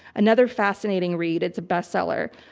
another fascinating read. it's a bestseller.